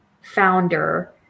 founder